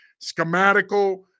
schematical